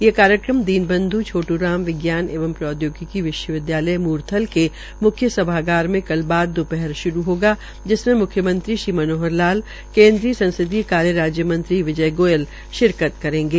ये कार्यक्रम दीनबंध् छोट् राम विज्ञान एवं प्रौदयोगिकी विश्वविदयालय मुरथल के मुख्य सभागार में कल दोपहर श्रू होगा जिसमें मुख्यमंत्री मनोहर लाल केन्द्रीय संसदीय कार्य मंत्री विजय गोयल शिरकत करेंगे